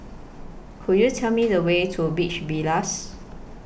Could YOU Tell Me The Way to Beach Villas